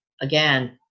again